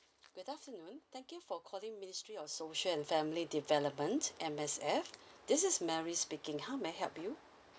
good afternoon thank you for calling ministry of social and family development M_S_F this is mary speaking how may I help you